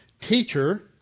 Teacher